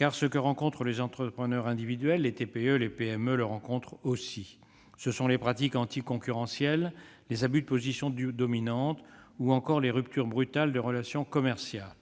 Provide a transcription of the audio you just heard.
En effet, ce que rencontrent les entrepreneurs individuels, les TPE et les PME le rencontrent aussi : ce sont les pratiques anticoncurrentielles, les abus de position dominante ou encore les ruptures brutales de relations commerciales.